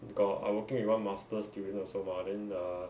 got I working with one masters student also mah then the